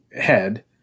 head